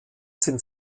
sind